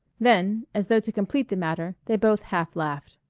then, as though to complete the matter, they both half laughed.